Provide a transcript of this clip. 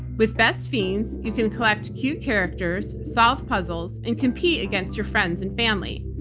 with best fiends, you can collect cute characters, solve puzzles, and compete against your friends and family.